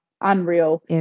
unreal